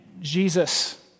Jesus